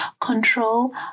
control